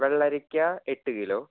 വെള്ളരിക്ക എട്ട് കിലോ